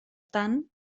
tant